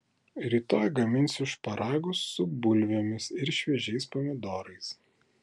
rytoj gaminsiu šparagus su bulvėmis ir šviežiais pomidorais